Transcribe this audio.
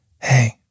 Hey